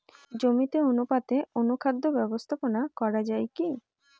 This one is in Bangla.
জমিতে অনুপাতে অনুখাদ্য ব্যবস্থাপনা করা য়ায় কি?